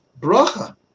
bracha